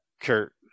Kurt